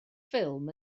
ffilm